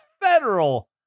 Federal